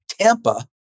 Tampa